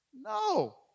No